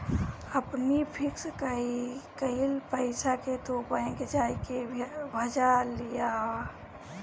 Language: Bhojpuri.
अपनी फिक्स कईल पईसा के तू बैंक जाई के भजा लियावअ